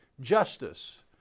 justice